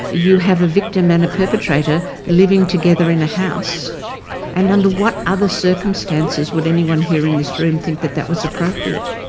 you have a victim and a perpetrator living together in a house and under what other circumstances would anyone here in this room think that that was appropriate?